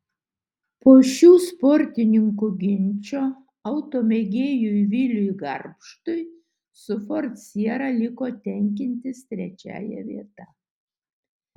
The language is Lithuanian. po šių sportininkų ginčo automėgėjui viliui garbštui su ford siera liko tenkintis trečiąja vieta